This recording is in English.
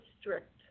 strict